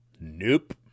Nope